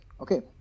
Okay